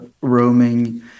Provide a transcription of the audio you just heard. roaming